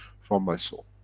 from my soul.